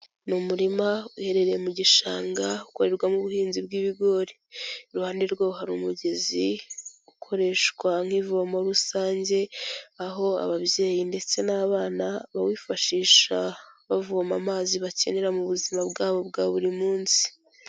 Ni umurima uherereye mu gishanga hakorerwamo ubuhinzi bw'ibigori. Iruhande rwawo hari umugezi ukoreshwa nk'ivomo rusange. Aho ababyeyi ndetse n'abana bawifashisha bavoma amazi bakenera mu buzima bwabo bwa buri munsi.